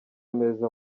meza